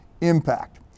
impact